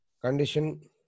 condition